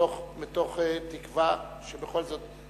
מתוך תקווה שבכל זאת,